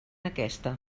aquesta